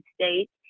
States